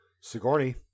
Sigourney